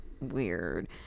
weird